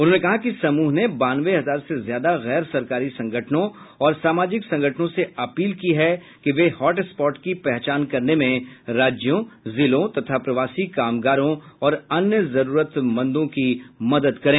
उन्होंने कहा कि समूह ने बानवे हजार से ज्यादा गैर सरकारी संगठनों और सामाजिक संगठनों से अपील की है कि वे हॉटस्पॉट की पहचान करने में राज्यों जिलों तथा प्रवासी कामगारों और अन्य जरूरतमंदों की मदद करें